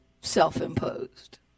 self-imposed